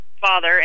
father